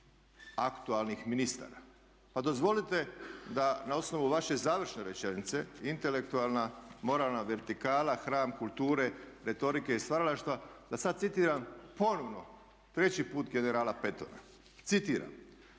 aktualnih ministara. Pa dozvolite da na osnovu vaše završne rečenice intelektualna, moralna vertikala, hram kulture, retorike i stvaralaštva, da sad citiram ponovno treći put generala Pattona. Citiram: